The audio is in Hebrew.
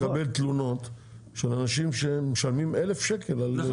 מקבל תלונות מאנשים שמשלמים 1,000 שקלים על שיחות.